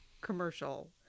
commercial